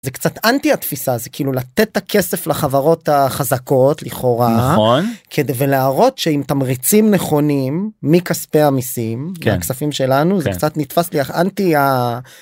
זה קצת אנטי התפיסה, זה כאילו לתת את הכסף לחברות החזקות, לכאורה. נכון. ולהראות שעם תמריצים נכונים מכספי המסים. כן. הכספים שלנו, זה קצת נתפס לי אנטי ה...